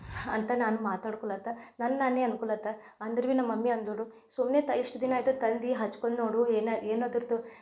ಅಂತ ನಾನು ಮಾತಾಡ್ಕೊಳತ ನನ್ನ ನಾನೇ ಅನ್ಕೊಳತ ಅಂದ್ರೂ ಬಿ ನಮ್ಮ ಮಮ್ಮಿ ಅಂದರು ಸುಮ್ಮನೆ ತ ಇಷ್ಟು ದಿನ ಆಯಿತು ತಂದು ಹಚ್ಕೊಂಡ್ ನೋಡು ಏನು ಏನು ಅದರ್ದು